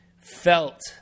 felt